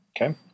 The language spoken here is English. Okay